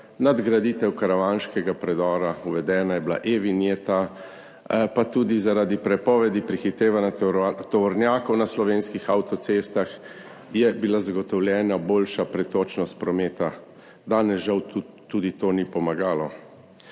nadgraditev karavanškega predora, uvedena je bila e-vinjeta, pa tudi zaradi prepovedi prehitevanja tovornjakov na slovenskih avtocestah je bila zagotovljena boljša pretočnost prometa. Danes žal tudi to ni pomagalo.